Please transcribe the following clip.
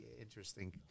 interesting